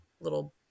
little